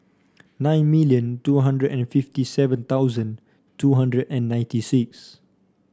nine million two hundred and fifty seven thousand two hundred and ninety six